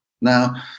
Now